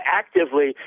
actively